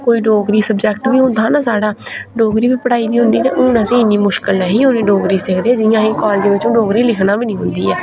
कोई डोगरी सब्जैक्ट बी होंदा हा ना साढ़ा डोगरी बी पढ़ाई दी हुंदी ते हून असेंगी इन्नी मुश्किल नेही औनी डोगरी सिखदे जि'यां अहेंगी कालजें बिच्च डोगरी लिखना बी नी औंदी ऐ